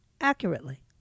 accurately